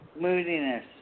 Moodiness